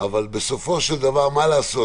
אבל בסופו של דבר מה לעשות,